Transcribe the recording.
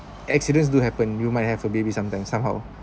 accidents do happen you might have a baby sometimes somehow